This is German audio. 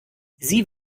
sie